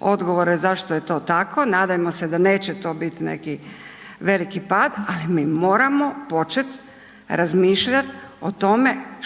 odgovore zašto je to tako, nadajmo se da neće to biti neki veliki pad ali mi moramo početi razmišljati o tome to ćemo